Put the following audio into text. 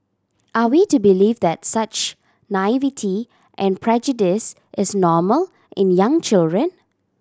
are we to believe that such naivety and prejudice is normal in young children